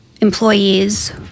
employees